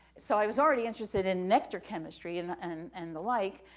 so i was already interested in nectar chemistry and and and the like,